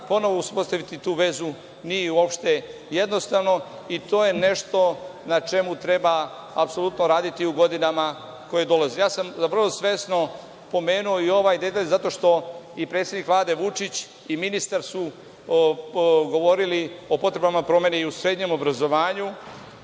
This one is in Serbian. ponovo uspostaviti tu vezu. Nije uopšte jednostavno. To je nešto na čemu treba apsolutno raditi i u godinama koje dolaze. Ja sam vrlo svesno spomenu i ovaj detalj, zato što i predsednik Vlade Vučić i ministar su govorili o potrebama promene i u srednjem obrazovanju.